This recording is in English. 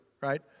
right